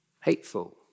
hateful